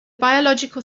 biological